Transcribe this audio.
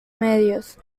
medios